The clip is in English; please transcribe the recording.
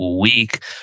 week